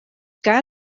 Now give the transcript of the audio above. car